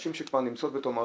נשים שכבר נמצאות בתוך המערכת,